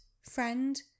friend